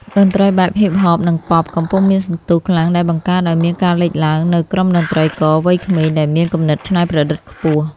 តន្ត្រីបែប Hip-Hop និង Pop កំពុងមានសន្ទុះខ្លាំង ដែលបង្កើតឱ្យមានការលេចឡើងនូវក្រុមតន្ត្រីករវ័យក្មេងដែលមានគំនិតច្នៃប្រឌិតខ្ពស់។